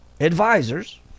advisors